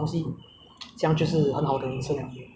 如果你放弃一切去追求你的梦想